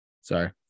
Sorry